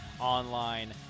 online